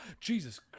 Jesus